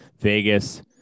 vegas